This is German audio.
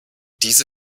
diese